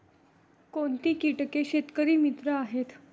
कोणती किटके शेतकरी मित्र आहेत?